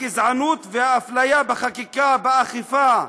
הגזענות והאפליה בחקיקה, באכיפה,